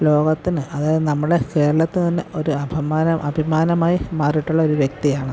ലോകത്തിന് അതായത് നമ്മുടെ കേരളത്തിന് ഒരു അപമാനം അഭിമാനമായി മാറിയിട്ടുള്ള ഒരു വ്യക്തിയാണ്